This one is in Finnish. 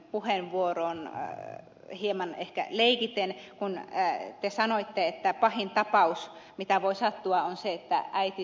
seurujärven puheenvuoroon hieman ehkä leikiten kun te sanoitte että pahin tapaus mitä voi sattua on se että äiti synnyttää taksissa